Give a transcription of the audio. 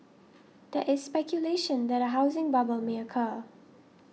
there is speculation that a housing bubble may occur